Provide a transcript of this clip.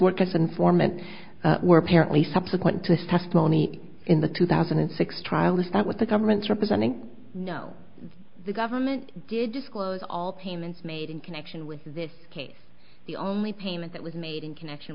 work as an informant were apparently subsequent to this testimony in the two thousand and six trial is that what the government's representing no the government did disclose all payments made in connection with this case the only payment that was made in connection